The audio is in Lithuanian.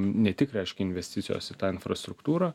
ne tik reiškia investicijos į tą infrastruktūrą